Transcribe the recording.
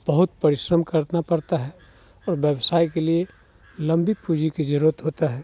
बहुत परिश्रम करना पड़ता है और व्यवसाय के लिए लंबी पूँजी की ज़रूरत होती है